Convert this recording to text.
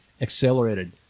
accelerated